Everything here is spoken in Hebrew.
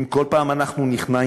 אם כל פעם אנחנו נכנעים